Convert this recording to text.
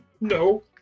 No